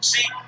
See